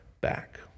back